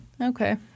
Okay